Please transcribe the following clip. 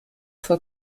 vor